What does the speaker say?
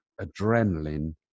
adrenaline